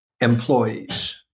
employees